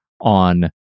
on